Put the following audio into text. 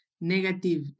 negative